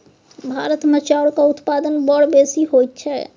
भारतमे चाउरक उत्पादन बड़ बेसी होइत छै